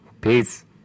Peace